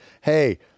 hey